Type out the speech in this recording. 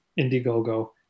Indiegogo